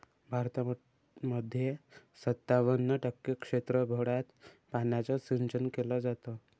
भारतामध्ये सत्तावन्न टक्के क्षेत्रफळात पाण्याचं सिंचन केले जात